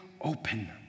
open